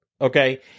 Okay